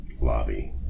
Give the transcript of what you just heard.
lobby